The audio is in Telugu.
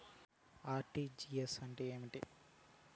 ఆర్.టి.జి.ఎస్ అంటే ఏమి